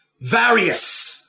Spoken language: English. various